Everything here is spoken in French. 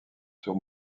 sur